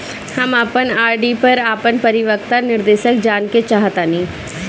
हम अपन आर.डी पर अपन परिपक्वता निर्देश जानेके चाहतानी